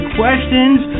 questions